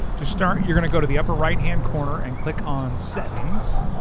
to start you're gonna go to the upper right hand corner and click on settings.